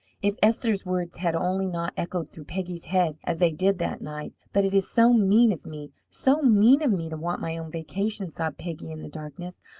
if esther's words had only not echoed through peggy's head as they did that night! but it is so mean of me, so mean of me, to want my own vacation! sobbed peggy in the darkness.